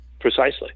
Precisely